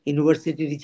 University